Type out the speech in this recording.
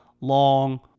long